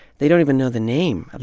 they don't even know the name of